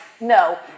no